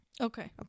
Okay